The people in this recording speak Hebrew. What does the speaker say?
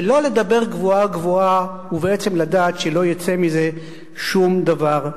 ולא לדבר גבוהה גבוהה ובעצם לדעת שלא יצא מזה שום דבר.